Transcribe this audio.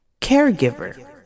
Caregiver